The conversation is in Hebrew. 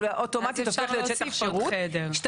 הוא אוטומטי הופך להיות שטח שירות והשתחררו